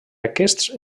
aquests